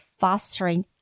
fostering